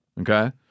okay